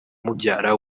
mubyara